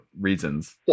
reasons